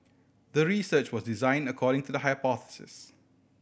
the research was designed according to the hypothesis